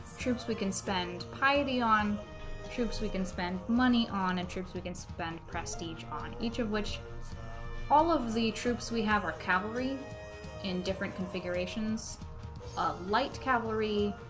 troops we can spend piety on troops we can spend money on and troops we can spend prestige on each of which all of the troops we have our cavalry in different configurations light cavalry